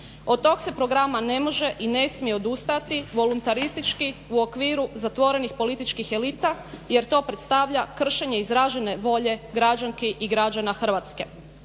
Od tog se programa ne može i ne smije odustajati voluntaristički u okviru zatvorenih političkih elita jer to predstavlja kršenje izražene volje građanki i građana Hrvatske.